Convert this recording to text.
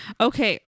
Okay